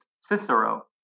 Cicero